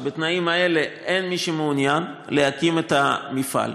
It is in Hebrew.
שבתנאים האלה אין מי שמעוניין להקים את המפעל.